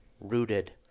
rooted